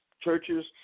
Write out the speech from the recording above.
churches